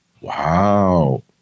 Wow